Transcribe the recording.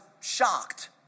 shocked